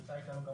נמצא איתנו גם